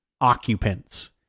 occupants